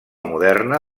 moderna